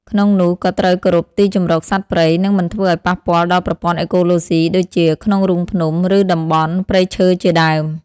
ក្នុងនោះ ក៏ត្រូវគោរពទីជម្រកសត្វព្រៃ និងមិនធ្វើឱ្យប៉ះពាល់ដល់ប្រព័ន្ធអេកូឡូស៊ីដូចជាក្នុងរូងភ្នំ ឬតំបន់ព្រៃឈើជាដើម។